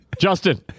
Justin